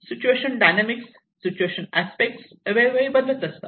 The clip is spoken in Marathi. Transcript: सिच्युएशन डायनॅमिक्स सिच्युएशन अस्पेक्ट वेळोवेळी बदलत असतात